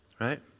Right